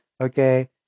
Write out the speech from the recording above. okay